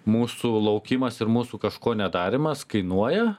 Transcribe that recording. mūsų laukimas ir mūsų kažko nedarymas kainuoja